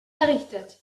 errichtet